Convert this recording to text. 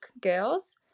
girls